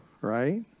right